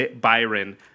Byron